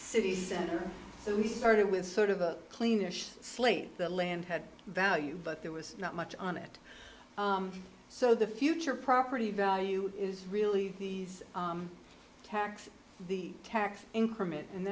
city center so we started with sort of a clean their slate that land had value but there was not much on it so the future property value is really these tax the tax increment and